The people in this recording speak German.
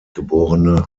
geb